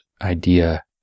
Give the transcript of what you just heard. idea